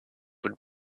would